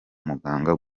muganga